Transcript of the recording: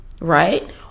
right